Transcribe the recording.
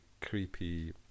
creepy